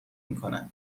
میکنه